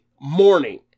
morning